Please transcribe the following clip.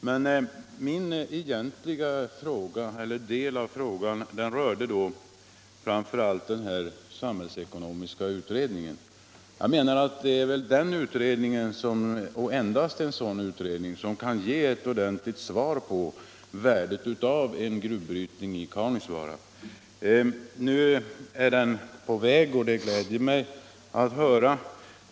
Min fråga rörde framför allt den samhällsekonomiska utredningen. Jag menar att det är endast en sådan utredning som kan ge ett ordentligt svar om värdet av en gruvbrytning i Kaunisvaara. Nu är den på väg att bli klar, och det gläder mig att höra.